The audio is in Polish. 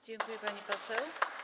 Dziękuję, pani poseł.